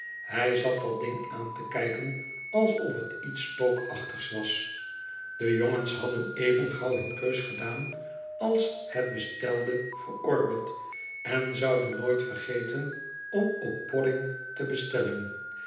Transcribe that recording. hij zat dat ding aan te kijken alsof t iets spookachtigs was de jongens hadden even gauw hun keus gedaan als het bestelde verorberd en zouden nooit vergeten om ook podding te bestellen